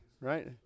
Right